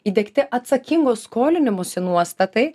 įdiegti atsakingo skolinimosi nuostatai